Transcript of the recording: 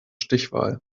stichwahl